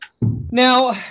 now